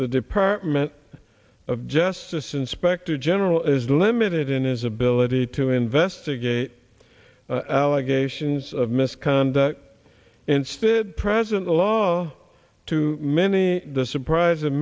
the department of justice inspector general is limited in its ability to investigate allegations of misconduct instead present law to many the surprise of